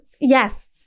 yes